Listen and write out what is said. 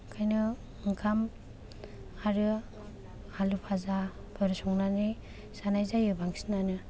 ओंखायनो ओंखाम आरो आलु भाजाफोर संनानै जानाय जायो बांसिनानो